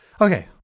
Okay